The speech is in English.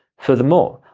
furthermore,